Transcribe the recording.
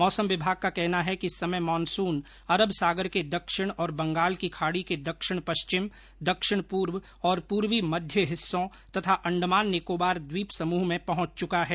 मौसम विभाग का कहना है कि इस समय मानसुन अरब सागर के दक्षिण और बंगाल की खाड़ी के दक्षिण पश्चिम दक्षिण पूर्व और पूर्वी मध्य हिस्सों तथा अंडमान निकोबार द्वीप समूह में पहुंच चुका है